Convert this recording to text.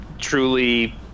truly